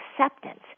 acceptance